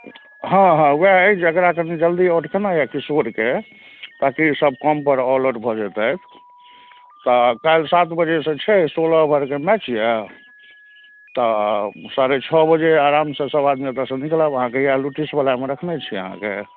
हँ हँ वएह अछि जकरा कनि जल्दी आउट कोना यऽ किशोरके ताकि सभ कमपर ऑलआउट भऽ जेतथि तऽ काल्हि सात बजेसे छै सोलह ओवरके मैच यऽ तऽ साढ़े छओ बजे आरामसे सभ आदमी एतएसे निकलब अहाँकेँ या लुटिसवलामे रखने छी अहाँकेँ